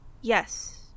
Yes